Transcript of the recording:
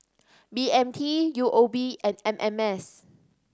B M T U O B and M M S